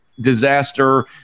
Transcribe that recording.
disaster